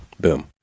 Boom